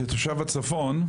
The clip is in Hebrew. כתושב הצפון,